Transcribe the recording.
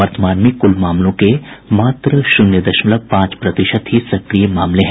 वर्तमान में कुल मामलों के मात्र शून्य दशमलव पांच प्रतिशत ही सक्रिय मामले हैं